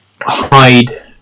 hide